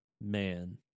Man